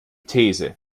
these